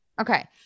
Okay